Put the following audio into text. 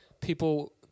people